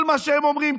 כל מה שהם אומרים,